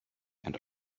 and